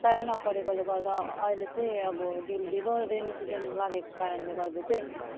साह्रै नपरेकोले गर्दा अहिले चाहिँ अब ढिलो ढिलो रेनी सिजन लागेको कारणले गर्दा चाहिँ